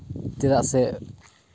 ᱪᱮᱫᱟᱜ ᱥᱮ